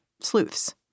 sleuths